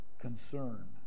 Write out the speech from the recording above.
concern